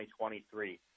2023